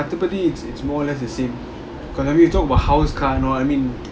மத்தபடி:mathapadi it's it's more or less the same cause I mean we talk about house car and all I mean